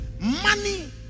money